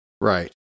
Right